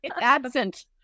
absent